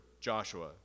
joshua